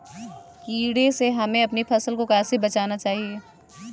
कीड़े से हमें अपनी फसल को कैसे बचाना चाहिए?